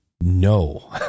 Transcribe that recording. no